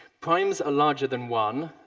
primes are larger than one,